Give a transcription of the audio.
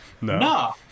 no